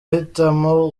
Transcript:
uhitamo